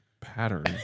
pattern